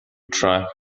track